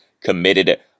committed